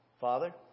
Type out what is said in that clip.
Father